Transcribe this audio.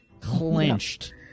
clenched